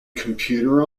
computer